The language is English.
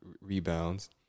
rebounds